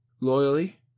Loyally